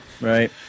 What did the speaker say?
Right